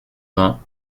vingts